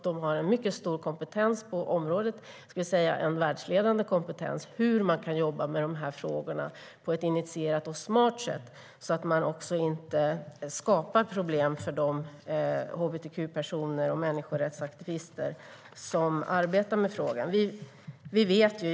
De har en världsledande kompetens i hur man kan jobba med de här frågorna på ett initierat och smart sätt så att man inte skapar problem för de hbtq-personer och människorättsaktivister som arbetar med frågan.